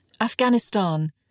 Afghanistan